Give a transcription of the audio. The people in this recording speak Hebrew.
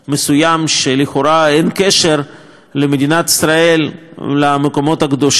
שלכאורה אין למדינת ישראל קשר למקומות הקדושים בירושלים